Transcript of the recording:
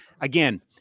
Again